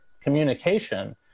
communication